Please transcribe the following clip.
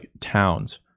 towns